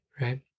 Right